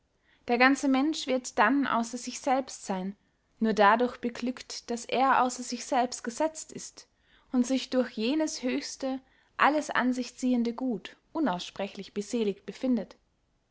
der ganze mensch wird dann ausser sich selbst seyn nur dadurch beglückt daß er ausser sich selbst gesetzt ist und sich durch jenes höchste alles an sich ziehende gut unaussprechlich beseligt befindet